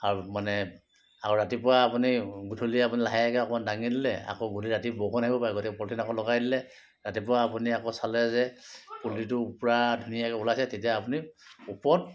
আৰু মানে আৰু ৰাতিপুৱা আপুনি গধূলি আপুনি লাহেকৈ অকণমান দাঙি দিলে আকৌ গধূলি ৰাতি বৰষুণ আহিব পাৰে গতিকে পলিথিন আকৌ লগাই দিলে ৰাতিপুৱা আপুনি আকৌ চালে যে পুলিটো পূৰা ধুনীয়াকৈ ওলাইছে তেতিয়া আপুনি ওপৰত